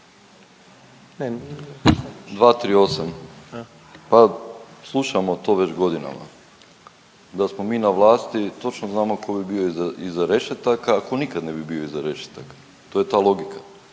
238. Pa slušamo to već godinama, da smo mi na vlasti, točno znamo tko bi bio iza rešetaka, a tko nikad ne bi bio iza rešetaka. To je ta logika.